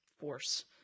force